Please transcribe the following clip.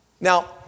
Now